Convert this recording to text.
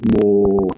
more